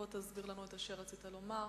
בוא תסביר לנו את אשר רצית לומר.